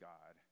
God